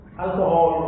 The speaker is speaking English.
alcohol